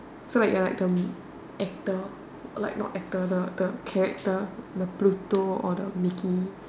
so like you're like the actor or like not actor the the the character the Pluto or the Mickey